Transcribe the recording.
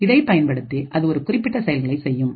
இதை பயன்படுத்தி அது ஒரு குறிப்பிட்ட செயல்களை செய்யும்